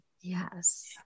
Yes